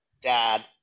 Dad